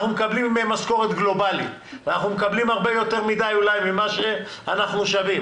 אנחנו מקבלים משכורת גלובלית ואולי אנחנו מקבלים יותר ממה שאנחנו שווים.